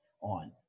on